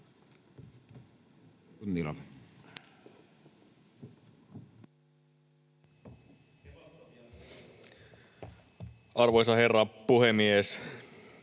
Arvoisa herra puhemies!